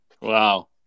Wow